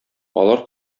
алар